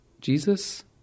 Jesus